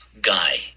guy